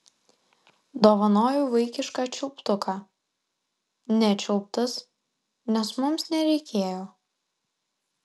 dovanoju vaikišką čiulptuką nečiulptas nes mums nereikėjo